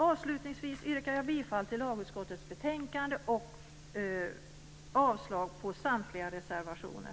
Avslutningsvis yrkar jag bifall till lagutskottets hemställan och avslag på samtliga reservationer.